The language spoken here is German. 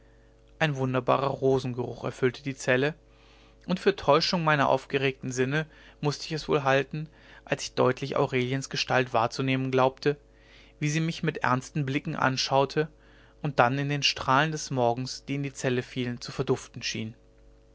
ein wunderbarer rosengeruch erfüllte die zelle und für täuschung meiner aufgeregten sinne mußt ich es wohl halten als ich deutlich aureliens gestalt wahrzunehmen glaubte wie sie mich mit ernsten blicken anschaute und dann in den strahlen des morgens die in die zelle fielen zu verduften schien